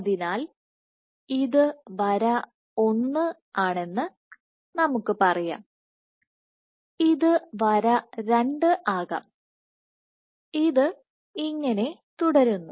അതിനാൽ ഇത് വര 1 ആണെന്ന് നമുക്ക് പറയാം ഇത് വര 2 ആകാം ഇത് ഇങ്ങനെ തുടരുന്നു